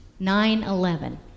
9-11